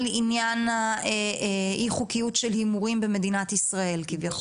עניין האי חוקיות של הימורים במדינת ישראל כביכול?